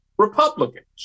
Republicans